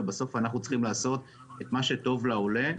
ובסוף אנחנו צריכים לעשות את מה שטוב לעולה,